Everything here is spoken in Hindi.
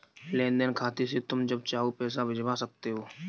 लेन देन खाते से तुम जब चाहो पैसा भिजवा सकते हो